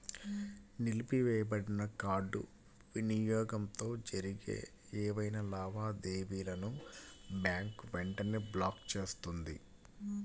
నిలిపివేయబడిన కార్డ్ వినియోగంతో జరిగే ఏవైనా లావాదేవీలను బ్యాంక్ వెంటనే బ్లాక్ చేస్తుంది